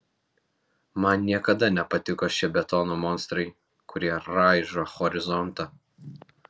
man niekada nepatiko šie betono monstrai kurie raižo horizontą